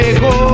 go